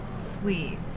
sweet